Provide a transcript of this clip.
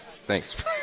Thanks